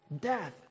death